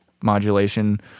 modulation